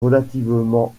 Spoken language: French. relativement